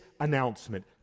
announcement